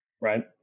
right